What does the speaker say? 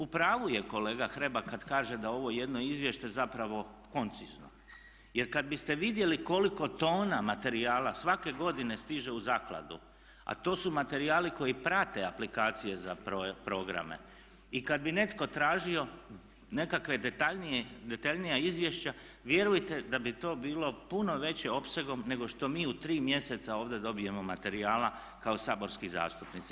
U pravu je kolega Hrebek kad kaže da je ovo jedno izvješće zapravo koncizno jer kad biste vidjeli koliko tona materijala svake godine stiže u zakladu, a to su materijali koji prate aplikacije za programe i kad bi netko tražio nekakva detaljnija izvješća vjerujte da bi to bilo puno veće opsegom nego što mi u tri mjeseca ovdje dobijemo materijala kao saborski zastupnici.